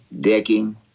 decking